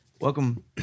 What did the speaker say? Welcome